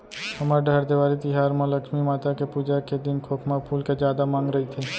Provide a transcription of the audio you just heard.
हमर डहर देवारी तिहार म लक्छमी माता के पूजा के दिन खोखमा फूल के जादा मांग रइथे